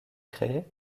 créés